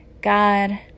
God